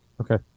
Okay